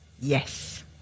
yes